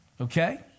Okay